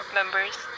members